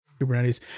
Kubernetes